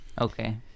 Okay